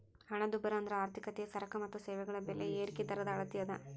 ಹಣದುಬ್ಬರ ಅಂದ್ರ ಆರ್ಥಿಕತೆಯ ಸರಕ ಮತ್ತ ಸೇವೆಗಳ ಬೆಲೆ ಏರಿಕಿ ದರದ ಅಳತಿ ಅದ